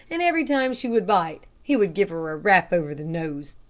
and every time she would bite, he would give her a rap over the nose.